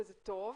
וזה טוב,